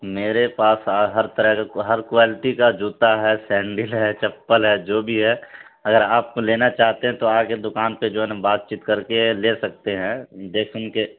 میرے پاس ہر طرح کے ہر کوالٹی کا جوتا ہے سینڈل ہے چپل ہے جو بھی ہے اگر آپ لینا چاہتے ہیں تو آ کے دکان پہ جو ہے نا بات چیت کر کے لے سکتے ہیں دیکھن کے